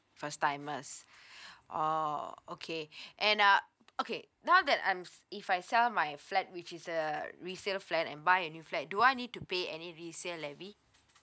first timers oh okay and uh okay now that I'm if I sell my flat which is a resale flat and buy a new flat do I need to pay any resale levy